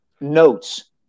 notes